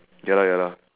ya lah ya lah